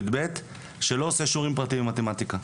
י"ב שלא עושה שיעורים פרטיים במתמטיקה,